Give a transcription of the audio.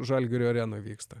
žalgirio arenoj vyksta